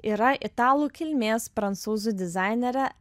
yra italų kilmės prancūzų dizainerė